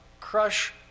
crush